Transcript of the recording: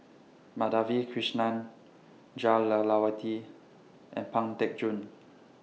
Madhavi Krishnan Jah Lelawati and Pang Teck Joon